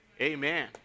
amen